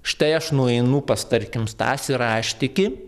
štai aš nueinu pas tarkim stasį raštikį